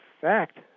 fact